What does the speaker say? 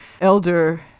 elder